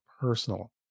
personal